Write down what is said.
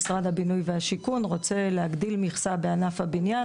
אם משרד הבינוי והשיכון רוצה להגדיל מכסה בענף הבניין,